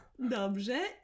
Dobrze